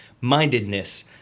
mindedness